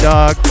Dog